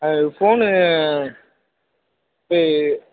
அது ஃபோனு இ